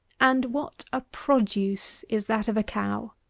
and what a produce is that of a cow!